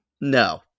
No